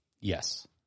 Yes